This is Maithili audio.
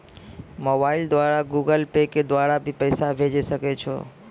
मोबाइल द्वारा गूगल पे के द्वारा भी पैसा भेजै सकै छौ?